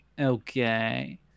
okay